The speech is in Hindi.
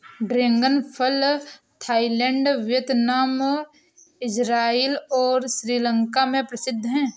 ड्रैगन फल थाईलैंड, वियतनाम, इज़राइल और श्रीलंका में प्रसिद्ध है